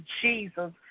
Jesus